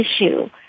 issue